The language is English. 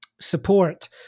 support